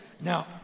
Now